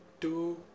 two